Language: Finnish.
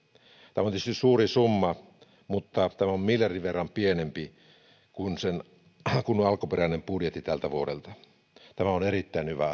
tämä on tietysti suuri summa mutta tämä on miljardin verran pienempi kuin alkuperäinen budjetti tältä vuodelta tämä on erittäin hyvä